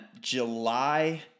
july